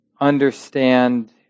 understand